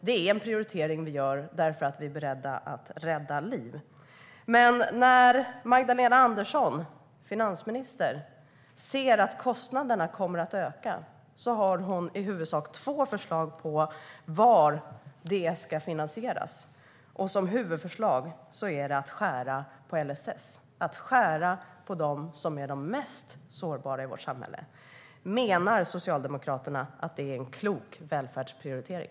Det är en prioritering vi gör därför att vi är beredda att rädda liv. Men när finansminister Magdalena Andersson ser att kostnaderna kommer att öka har hon i huvudsak två förslag på hur det ska finansieras. Huvudförslaget är att skära i LSS, alltså att skära i medlen för dem som är mest sårbara i vårt samhälle. Menar Socialdemokraterna att det är en klok välfärdsprioritering?